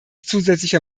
zusätzlicher